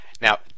now